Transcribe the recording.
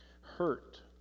hurt